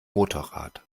motorrad